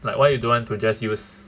like why you don't want to just use